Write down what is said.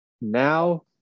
now